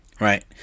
Right